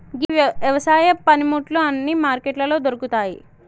గీ యవసాయ పనిముట్లు అన్నీ మార్కెట్లలో దొరుకుతాయి